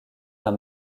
d’un